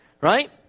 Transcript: right